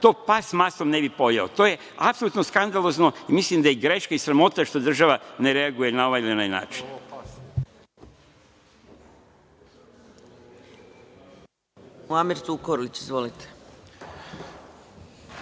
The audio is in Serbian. to pas s maslom ne bi pojeo. To je apsolutno skandalozno i mislim da je greška i sramota što država ne reaguje, na ovaj ili na